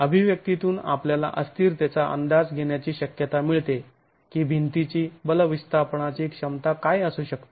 अभिव्यक्तीतून आपल्याला अस्थिरतेचा अंदाज घेण्याची शक्यता मिळते की भिंतीची बल विस्थापनाची क्षमता काय असू शकते